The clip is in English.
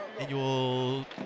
Annual